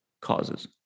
causes